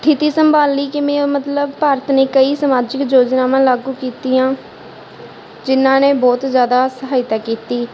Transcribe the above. ਸਥਿਤੀ ਸੰਭਾਲੀ ਲਈ ਕਿਵੇਂ ਆ ਮਤਲਬ ਭਾਰਤ ਨੇ ਕਈ ਸਮਾਜਿਕ ਯੋਜਨਾਵਾਂ ਲਾਗੂ ਕੀਤੀਆਂ ਜਿਹਨਾਂ ਨੇ ਬਹੁਤ ਜ਼ਿਆਦਾ ਸਹਾਇਤਾ ਕੀਤੀ